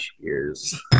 cheers